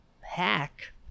hack